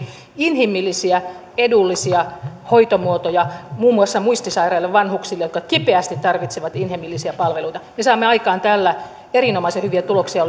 inhimillisiä edullisia hoitomuotoja muun muassa muistisairaille vanhuksille jotka kipeästi tarvitsevat inhimillisiä palveluita me saamme aikaan tällä erinomaisen hyviä tuloksia